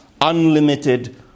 unlimited